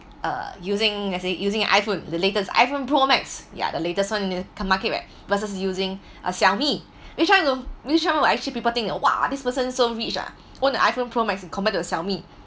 uh using let's say using iPhone the latest iPhone pro max ya the latest [one] in the market right versus using a Xiaomi which one will which one will actually people think that !wah! this person so rich ah own the iPhone pro max compared to Xiaomi